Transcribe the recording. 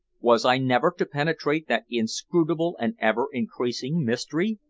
was i never to penetrate that inscrutable and ever-increasing mystery?